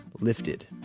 Lifted